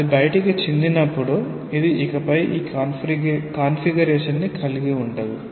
అది బయటికి చిందినప్పుడు ఇది ఇకపై ఈ కాన్ఫిగరేషన్ ని కలిగి ఉండదు